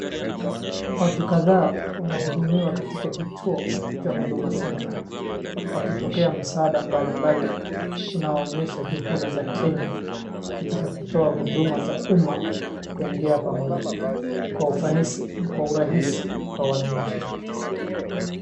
Watu kadhaa wanahudumiwa katika kituo cha Huduma Center wakipokea msaada mbalimbali unaonyesha juhudi za Kenya katika kutoa huduma za umma kwa njia ya pamoja kwa ufanisi na kwa urahisi kwa wananchi.